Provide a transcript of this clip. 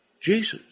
Jesus